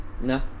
No